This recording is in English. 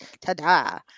ta-da